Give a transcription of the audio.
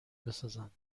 بسازند